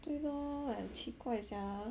对 lor like 奇怪 sia